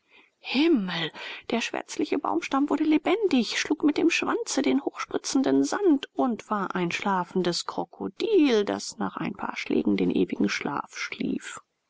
himmel der schwärzliche baumstamm wurde lebendig schlug mit dem schwanze den hochspritzenden sand und war ein schlafendes krokodil das nach ein paar schlägen den ewigen schlaf schlief